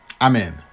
Amen